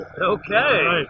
Okay